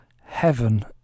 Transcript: heaven